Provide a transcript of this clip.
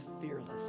fearless